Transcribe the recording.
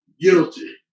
guilty